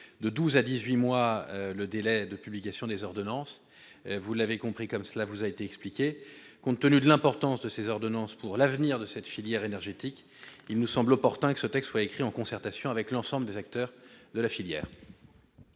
de 12 à 18 mois le délai de publication des ordonnances, vous l'avez compris comme cela vous a été expliqué, compte tenu de l'importance de ces ordonnances pour l'avenir de cette filière énergétique, il nous semble opportun que ce texte écrit en concertation avec l'ensemble des acteurs de la filière.